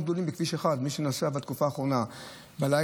גדולים בכביש 1. מי שנוסע בתקופה האחרונה בלילה,